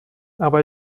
aber